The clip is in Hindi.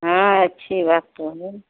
अच्छी बात हो गई